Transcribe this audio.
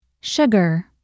sugar